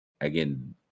Again